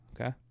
okay